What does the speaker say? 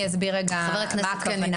אני אסביר מה הכוונה.